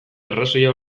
arrazoia